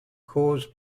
coors